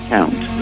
Count